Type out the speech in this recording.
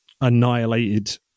annihilated